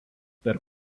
per